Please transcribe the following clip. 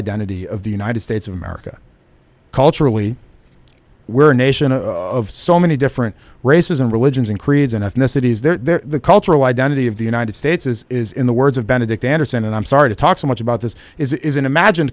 identity of the united states of america culturally we're a nation of so many different races and religions and creeds and ethnicities there's the cultural identity of the united states is is in the words of benedict anderson and i'm sorry to talk so much about this is an imagine